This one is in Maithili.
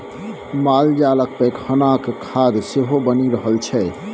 मालजालक पैखानाक खाद सेहो बनि रहल छै